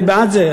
אני בעד זה.